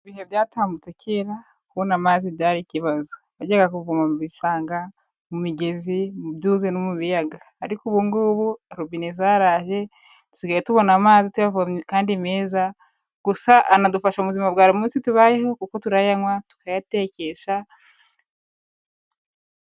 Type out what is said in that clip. Mu bihe byatambutsekirara, kubona amazi byari ikibazo. Wajyaga kuvoma mu bishanga, mu migezi, mu byuzi, no mu biyaga. Ariko ubungubu rubine zaraje dusigaye tubona amazi tuyavomye kandi meza, gusa anadufasha mu buzima bwa burimunsi tubayeho kuko turayanywa, tukayatekesha.